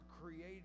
created